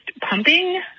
pumping